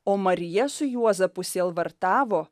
o marija su juozapu sielvartavo